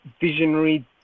visionary